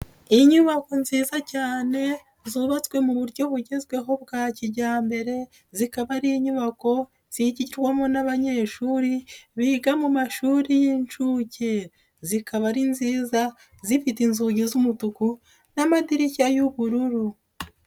Iyi in nyubako nziza cyane, zubatswe mu buryo bugezweho bwa kijyambere, zikaba ari inyubako zigirwamo n'abanyeshuri biga mu mashuri y'inshuke. Zikaba ari nziza zifite inzugi z'umutuku n'amadirishya y'ubururu.